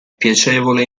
piacevole